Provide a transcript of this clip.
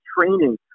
training